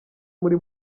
muri